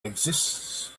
exists